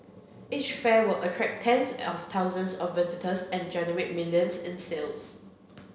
each fair would attract tens of thousands of visitors and generate millions in sales